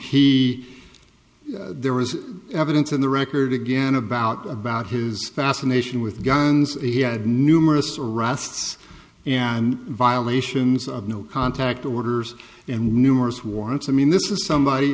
e there was evidence in the record again about about his fascination with guns he had numerous arrests and violations of no contact orders and numerous warrants i mean this is somebody